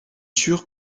sûr